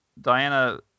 Diana